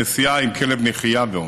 נסיעה עם כלב נחייה, ועוד.